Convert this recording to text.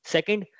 Second